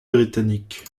britannique